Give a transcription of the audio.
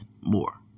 more